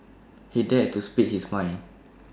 he dared to speak his mind